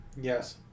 Yes